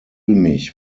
mich